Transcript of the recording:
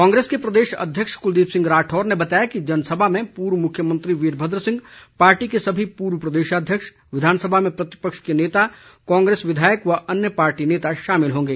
कांग्रेस के प्रदेश अध्यक्ष कुलदीप सिंह राठौर ने बताया कि जनसभा में पूर्व मुख्यमंत्री वीरभद्र सिंह पार्टी के सभी पूर्व प्रदेशाध्यक्ष विधानसभा में प्रतिपक्ष के नेता कांग्रेस विधायक व अन्य पार्टी नेता शामिल होंगे